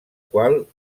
qual